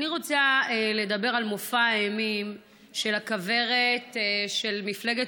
אני רוצה לדבר על מופע האימים של הכוורת של מפלגת